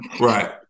Right